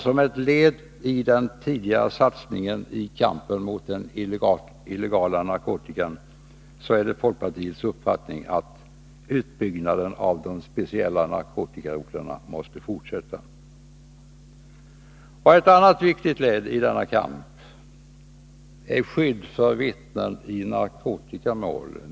Som ett led i den tidigare satsningen i kampen mot den illegala narkotikan är det också folkpartiets uppfattning att utbyggnaden av de speciella narkotikarotlarna måste fortsätta. Ett annat viktigt led i denna kamp är skyddet för vittnen i narkotikamål.